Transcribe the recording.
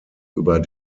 über